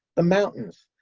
the mountains,